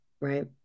right